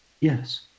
yes